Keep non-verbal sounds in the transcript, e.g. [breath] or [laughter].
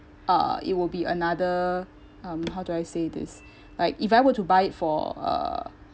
uh it will be another um how do I say this [breath] like if I were to buy it for uh